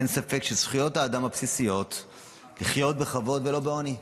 אין ספק שזכויות האדם הבסיסיות הן לחיות בכבוד ולא בעוני.